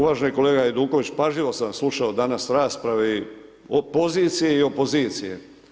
Uvaženi kolega Hajduković, pažljivo sam slušao danas rasprave o poziciji i opozicije.